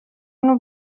نوع